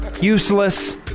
useless